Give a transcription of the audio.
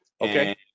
okay